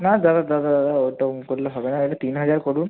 না দাদা দাদা ওটা ওরকম করলে হবে না এটা তিন হাজার করুন